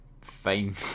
fine